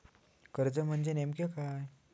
कर्ज म्हणजे नेमक्या काय?